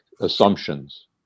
assumptions